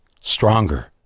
stronger